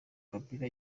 kabila